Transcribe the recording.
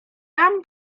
tam